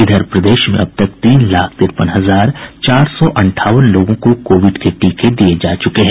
इधर प्रदेश में अब तक तीन लाख तिरपन हजार चार सौ अंठावन लोगों को कोविड के टीके दिये जा चुके हैं